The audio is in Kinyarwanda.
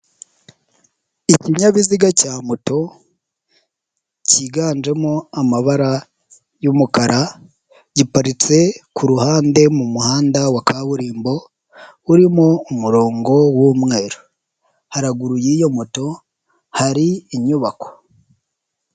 Ikinyabiziga cya moto, cyiganjemo amabara y'umukara, giparitse ku ruhande mu muhanda wa kaburimbo urimo umurongo w'umweru, haraguru y'iyo moto hari inyubako.